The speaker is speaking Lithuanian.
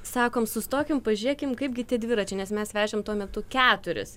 sakom sustokim pažiūrėkim kaipgi tie dviračiai nes mes vežėm tuo metu keturis